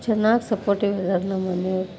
ಚನ್ನಾಗಿ ಸಪೋರ್ಟಿವ್ ಇದಾರೆ ನಮ್ಮಮನೆಯವರು